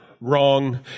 wrong